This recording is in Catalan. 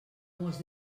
mos